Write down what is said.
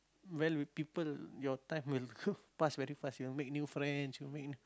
well with people your time will go pass very fast you'll make new friends you make new